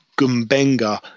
Gumbenga